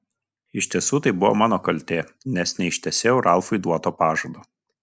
iš tiesų tai buvo mano kaltė nes neištesėjau ralfui duoto pažado